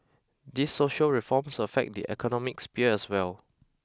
these social reforms affect the economic sphere as well